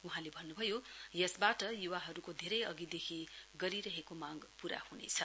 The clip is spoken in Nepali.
वहाँले भन्नुभयो यसबाट युवाहरूको धेरै अधिदेखि गरिरहेको मांग पूरा ह्नेछ